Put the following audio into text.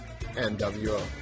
NWO